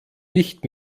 nicht